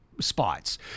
spots